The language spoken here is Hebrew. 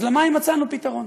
אז למים מצאנו פתרון,